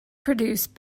produce